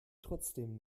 trotzdem